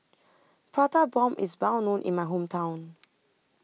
Prata Bomb IS Well known in My Hometown